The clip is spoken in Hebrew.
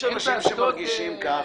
וליועצת המשפטית.